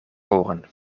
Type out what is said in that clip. voren